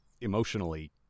emotionally